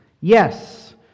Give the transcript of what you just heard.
Yes